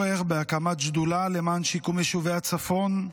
לא היה שום צורך בהקמת שדולה למען שיקום יישובי הצפון,